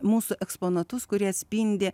mūsų eksponatus kurie atspindi